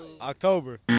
October